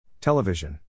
Television